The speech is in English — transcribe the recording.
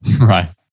Right